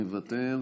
מוותר.